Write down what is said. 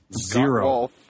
zero